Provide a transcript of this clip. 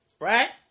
right